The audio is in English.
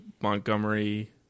Montgomery